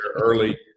early